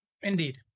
Indeed